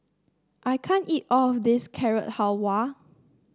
I can't eat all of this Carrot Halwa